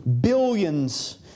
Billions